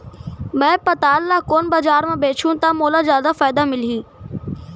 मैं पताल ल कोन बजार म बेचहुँ त मोला जादा फायदा मिलही?